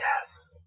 yes